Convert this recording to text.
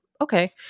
okay